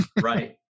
Right